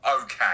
okay